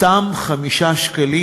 אותם 5 שקלים,